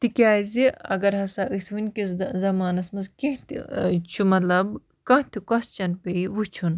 تِکیٛازِ اگر ہَسا أسۍ وٕنکٮ۪س زَمانَس منٛز کیٚنٛہہ تہِ چھُ مطلب کانٛہہ تہِ کۄسچَن پیٚیہِ وٕچھُن